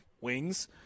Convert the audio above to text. wings